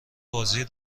بازی